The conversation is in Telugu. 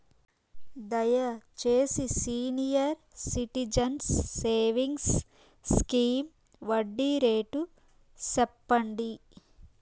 దయచేసి సీనియర్ సిటిజన్స్ సేవింగ్స్ స్కీమ్ వడ్డీ రేటు సెప్పండి